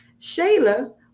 Shayla